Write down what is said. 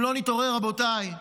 אם לא נתעורר, רבותיי,